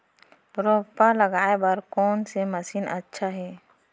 रोपा लगाय बर कोन से मशीन अच्छा हे?